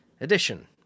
edition